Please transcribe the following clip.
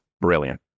Brilliant